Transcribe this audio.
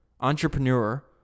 entrepreneur